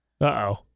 Uh-oh